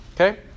Okay